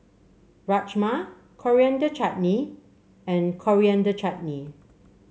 Rajma Coriander Chutney and Coriander Chutney